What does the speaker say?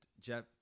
jeff